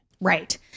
Right